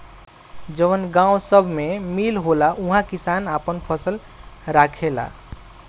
जवन गावं सभ मे मील होला उहा किसान आपन फसल राखेला